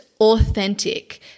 authentic